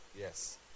Yes